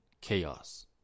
chaos